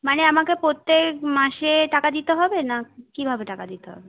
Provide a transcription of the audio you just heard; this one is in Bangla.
মানে আমাকে প্রত্যেক মাসে টাকা দিতে হবে না কিভাবে টাকা দিতে হবে